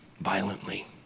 violently